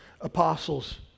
apostles